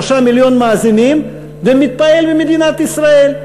3 מיליון מאזינים ומתפעל ממדינת ישראל,